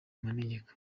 manegeka